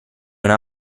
una